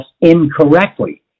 incorrectly